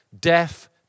deaf